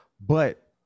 But-